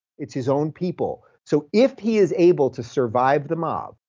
it's his own people. so if he is able to survive the mob,